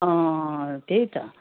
अँ त्यही त